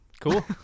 Cool